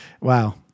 wow